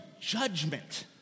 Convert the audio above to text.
judgment